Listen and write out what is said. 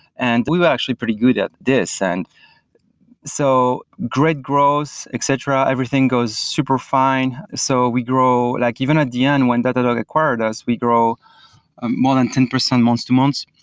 and we were actually pretty good at this. and so great growth, etc. everything goes super fine. so we grow like even at the end, when datadog acquired us, we grow more than ten percent month-to-month.